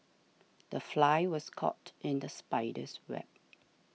the fly was caught in the spider's web